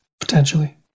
potentially